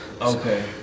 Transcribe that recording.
Okay